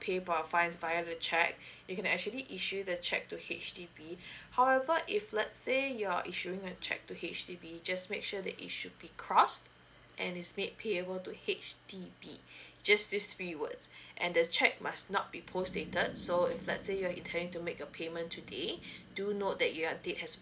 pay for your fines via cheque you can actually issue the cheque to H_D_B however if let's say you are issuing a cheque to H_D_B just make sure that it should be crossed and it's nett payable to H_D_B just these few words and the cheque must not be post dated so if let's say you are intending to make a payment today do note that your date has to be